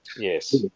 Yes